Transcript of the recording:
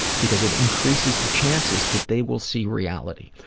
because it increases the chances that they will see reality.